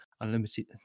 unlimited